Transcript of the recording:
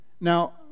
Now